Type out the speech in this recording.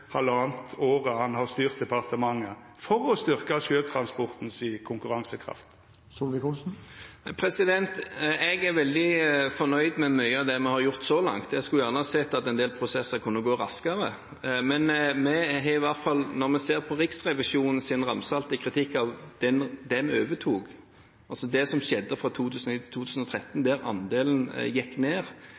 året han har styrt departementet, for å styrkja sjøtransporten si konkurransekraft? Jeg er veldig fornøyd med mye av det vi har gjort så langt. Jeg skulle gjerne ha sett at en del prosesser kunne gå raskere, men når vi ser på Riksrevisjonens ramsalte kritikk av det vi overtok – altså det som skjedde fra 2007 til 2013, der andelen gikk ned,